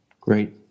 great